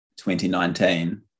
2019